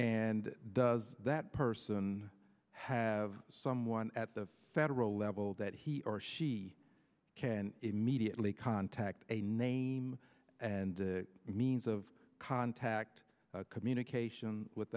and does that person have someone at the federal level that he or she can immediately contact a name and means of contact communication with